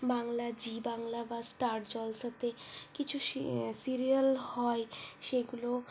Bangla Zee Bangla বা Star জলসাতে কিছু সি সিরিয়াল হয় সেগুলো